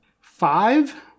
Five